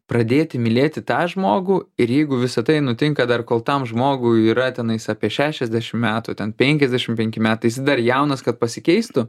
pradėti mylėti tą žmogų ir jeigu visa tai nutinka dar kol tam žmogui yra tenais apie šešiasdešim metų ten penkiasdešim penki metai jis dar jaunas kad pasikeistų